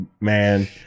man